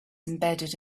embedded